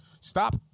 Stop